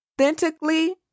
authentically